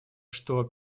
что